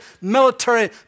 military